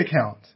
account